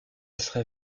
serait